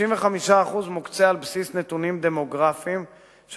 35% מוקצים על בסיס נתונים דמוגרפיים של